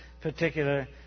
particular